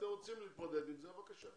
אתם רוצים להתמודד עם זה, בבקשה.